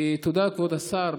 תודה, כבוד השר.